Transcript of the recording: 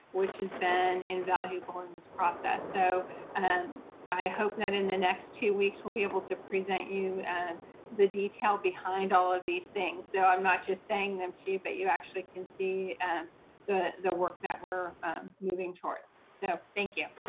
which has been invaluable in this process. so and i hope that in the next two weeks, we'll be able to present you and the detail behind all of these things. so i'm not just saying them to you, but you actually can see and the the work that we're moving towards. so thank you,